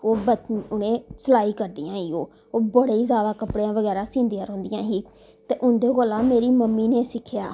ओह् बाकी उनें सलाई करदियां ही ओह् बड़े ही ज्यादा कपड़े बगैरा सींदियां रैंदियां ही ते उन्दे कोला मेरी मम्मी ने सिक्खेआ